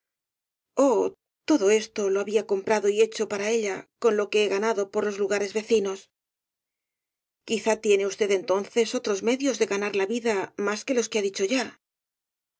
todo esto lo había comprado y hecho para ella con lo que he ganado por los lugares vecinos quizá tiene usted entonces otros medios de ganar la vida más que los que ha dicho ya